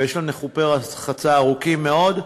ויש לנו חופי רחצה ארוכים מאוד,